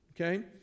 Okay